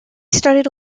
studied